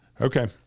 Okay